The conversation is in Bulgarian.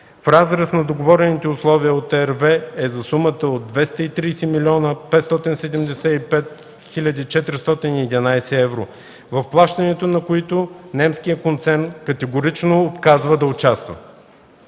в разрез на договорените условия с RWE, е за сумата от 230 млн. 575 хил. 411 евро, в плащането на които немският концерн категорично отказва да участва.